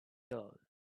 gold